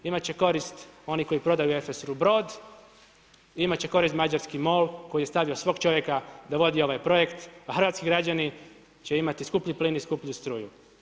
Imati će korist oni koji prodaju … imati će koristi Mađarski MOL koji je stavio svog čovjeka da vodi ovaj projekt a hrvatski građani će imati skuplji plin i skuplju struju.